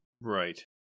Right